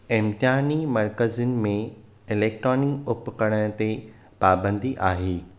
इम्तिहानी मरक़ज़नि में इलेक्ट्रॉनिक उपकरण ते पाबंदी आही